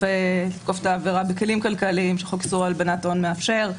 את העבירה בכלים כלכליים שחוק איסור הלבנת הון מאפשר,